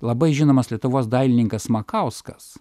labai žinomas lietuvos dailininkas makauskas